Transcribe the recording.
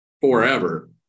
forever